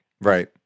Right